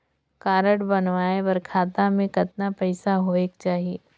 Card बनवाय बर खाता मे कतना पईसा होएक चाही?